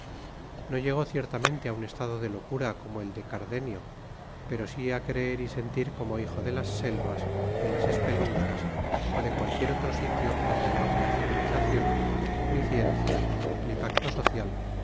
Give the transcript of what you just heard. no llegó ciertamente a un estado de locura como el de cardenio pero sí a creer y sentir como hijo de las selvas de las espeluncas o de cualquier otro sitio donde no había civilización ni ciencia ni pacto social